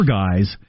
guys